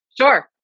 Sure